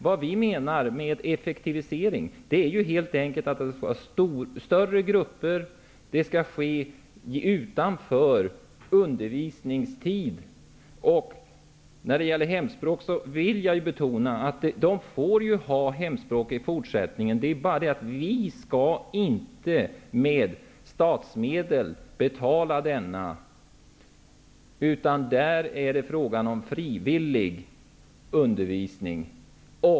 Vad vi menar med effektivisering är att det skall vara större grupper och att denna undervisning skall ske utanför ordinarie undervisningstid. När det gäller hemspråk vill jag betona att eleverna även i fortsättningen får ha hemspråksundervisning. Det är bara det att vi inte skall betala denna med statsmedel, utan det är fråga om frivillig undervisning.